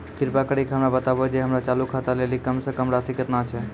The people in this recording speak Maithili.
कृपा करि के हमरा बताबो जे हमरो चालू खाता लेली कम से कम राशि केतना छै?